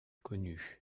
connu